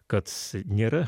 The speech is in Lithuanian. kad nėra